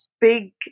big